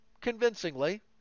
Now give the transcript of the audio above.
convincingly